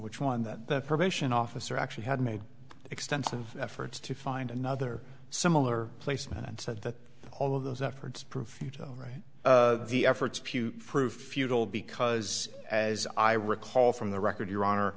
which one that the probation officer actually had made extensive efforts to find another similar placement and said that all of those efforts proof right the efforts pute frew futile because as i recall from the record your honor